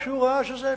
כשהוא ראה שזה אפשרי.